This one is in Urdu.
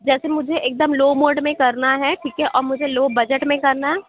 جیسے مجھے ایک دم لو موڈ میں کرنا ہے ٹھیک ہے اور مجھے لو بجٹ میں کرنا ہے